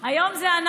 לא, לא.